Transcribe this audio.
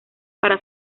para